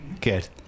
good